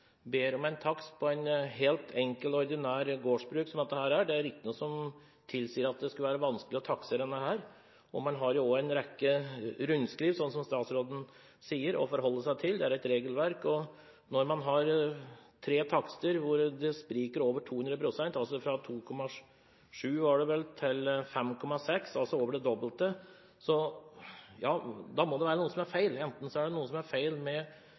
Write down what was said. ber om en takst på et helt enkelt, ordinært gårdsbruk som dette er, der det ikke er noe som tilsier at det skulle være vanskelig å taksere, og der man, som statsråden sier, har en rekke rundskriv og et regelverk å forholde seg til, får tre takster som spriker med over 200 pst. – fra 2,7 mill. kr til 5,6 mill. kr, altså over det dobbelte. Da må det være noe som er feil. Enten er det noe feil med regelverket – at det ikke er klart nok – eller er det takstmennene som ikke er